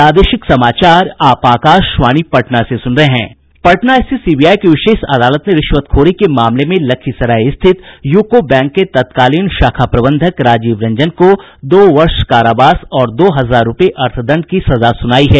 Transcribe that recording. पटना स्थित सीबीआई की विशेष अदालत ने रिश्वतखोरी के मामले में लखीसराय स्थित यूको बैंक के तत्कालीन शाखा प्रबंधक राजीव रंजन को दो वर्ष कारावास और दो हजार रूपये अर्थदंड की सजा सुनाई है